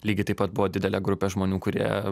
lygiai taip pat buvo didelė grupė žmonių kurie